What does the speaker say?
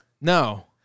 No